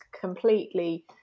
completely